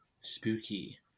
spooky